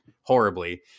horribly